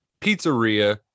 pizzeria